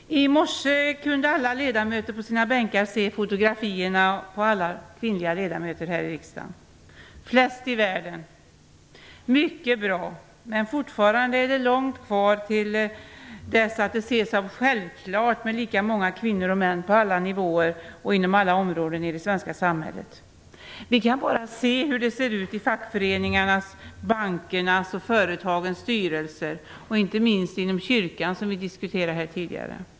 Herr talman! I morse kunde alla ledamöter på sina bänkar se fotografier på alla kvinnliga ledamöter här i riksdagen - flest jämfört med övriga världen. Men fortfarande är det långt kvar tills det anses vara självklart att det skall vara lika många kvinnor och män på alla nivåer och inom alla områden i det svenska samhället. Se bara hur det ser ut i fackföreningarnas, bankernas och företagens styrelser samt inte minst inom kyrkan, som vi tidigare diskuterade här.